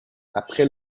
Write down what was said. après